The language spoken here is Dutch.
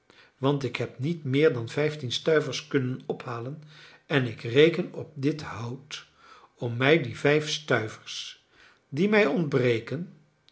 want ik heb niet meer dan vijftien stuivers kunnen ophalen en ik reken op dit hout om mij de vijf stuivers die mij ontbreken